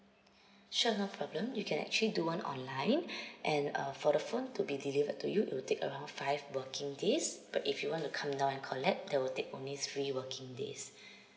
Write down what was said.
sure no problem you can actually do one online and uh for the phone to be delivered to you it will take around five working days but if you want to come down and collect that will take only three working days